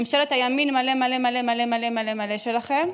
ממשלת הימין מלא מלא מלא מלא שלכם,